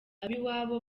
ab’iwabo